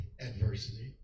adversity